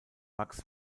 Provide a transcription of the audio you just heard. max